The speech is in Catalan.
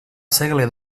segle